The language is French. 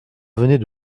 venait